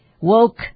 Woke